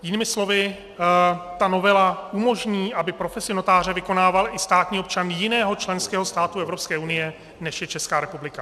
Jinými slovy, novela umožní, aby profesi notáře vykonával i státní občan jiného členského státu Evropské unie, než je Česká republika.